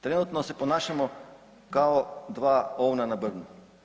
Trenutno se ponašamo kao dva ovna na brvnu.